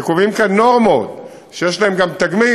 וקובעים כאן נורמות שיש להן גם תקדים,